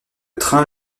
train